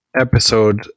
episode